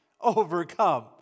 overcome